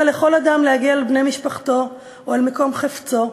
לכל אדם להגיע אל בני משפחתו או אל מקום חפצו.